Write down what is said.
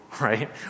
right